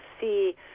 see